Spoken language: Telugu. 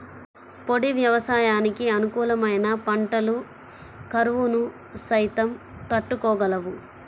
పొడి వ్యవసాయానికి అనుకూలమైన పంటలు కరువును సైతం తట్టుకోగలవు